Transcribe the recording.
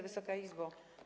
Wysoka Izbo!